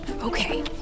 Okay